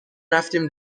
رفتیم